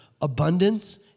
abundance